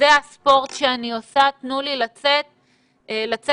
זה הספורט שאני עושה, תנו לי לצאת לשם.